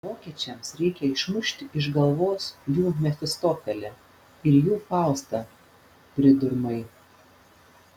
vokiečiams reikia išmušti iš galvos jų mefistofelį ir jų faustą pridurmai